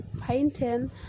painting